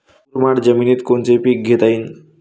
मुरमाड जमिनीत कोनचे पीकं घेता येईन?